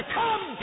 come